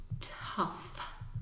Tough